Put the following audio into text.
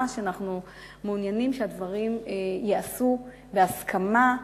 שאנחנו מעוניינים שהדברים ייעשו בהסכמה,